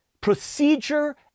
procedure